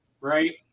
right